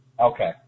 Okay